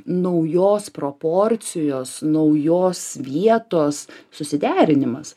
naujos proporcijos naujos vietos susiderinimas